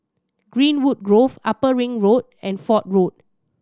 Greenwood Grove Upper Ring Road and Fort Road